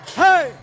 hey